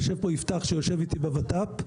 יושב פה יפתח שיושב איתי בות"פ,